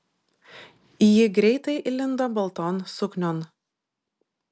ji greitai įlindo balton suknion